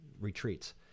retreats